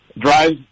drives